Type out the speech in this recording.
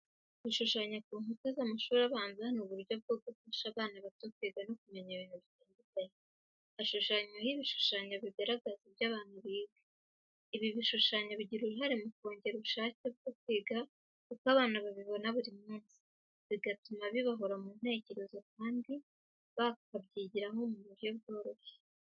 Gushushanya ku nkuta z'amashuri abanza ni uburyo bwo gufasha abana bato kwiga no kumenya ibintu bitandukanye. Hashushanywaho ibishushanyo bigaragaza ibyo abana biga. Ibi bishushanyo bigira uruhare mu kongera ubushake bwo kwiga kuko abana babibona buri munsi, bigatuma bibahora mu ntekerezo kandi bakabyigiraho mu buryo bworoshye.